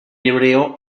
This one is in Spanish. hebreo